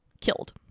killed